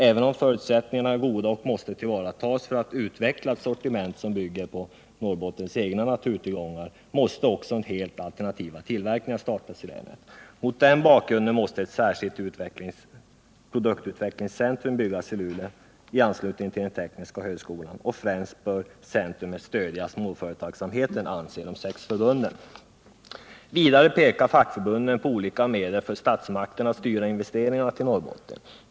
Även om förutsättningarna är goda — och de måste tillvaratas — för att utveckla ett sortiment som bygger på Norrbottens egna naturtillgångar, måste också helt alternativa tillverkningar startas i länet. Mot den bakgrunden måste ett särskilt produktutvecklingscentrum byggas i Luleå i anslutning till tekniska högskolan. De sex förbunden anser att detta centrum främst bör stödja småföretagen. Vidare pekar fackförbunden på olika medel för statsmakterna att styra investeringar till Norrbotten.